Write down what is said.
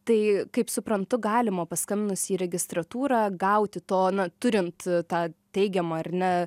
tai kaip suprantu galima paskambinus į registratūrą gauti toną turint tą teigiamą ar ne